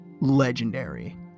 legendary